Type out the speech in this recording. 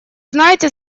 знаете